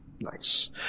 Nice